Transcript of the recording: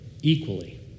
equally